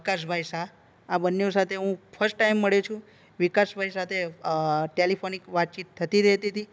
વિકાસભાઈ શાહ આ બન્ને સાથે હું ફર્સ્ટ ટાઈમ મળ્યો છું વિકાસભાઈ સાથે ટેલિફોનિક વાતચીત થતી રહેતી હતી